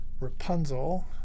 Rapunzel